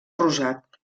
rosat